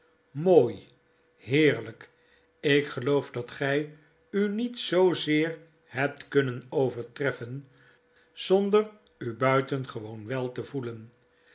mooi heerlyk ik geloof dat gy u niet zoozeer hebt kunnen overtreffen zonder u buitengewoon wel te voelen